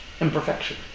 Imperfection